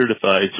certified